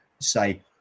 say –